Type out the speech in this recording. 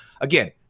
again